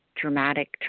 dramatic